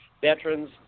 veterans